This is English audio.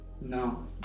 No